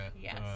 Yes